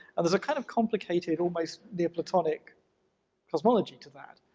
and there's a kind of complicated almost neoplatonic cosmology to that.